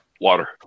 Water